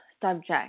subject